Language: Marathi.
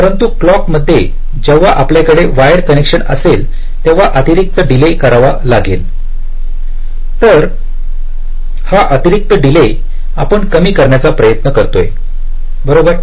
परंतु क्लॉक मध्ये जेव्हा आपल्याकडे वायर कनेक्शन असेल तेव्हा अतिरिक्त डिले करावा लागेलतर हा अतिरिक्त डिले आपण कमी करण्याचा प्रयत्न करतोय बरोबर